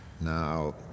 Now